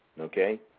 Okay